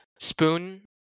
spoon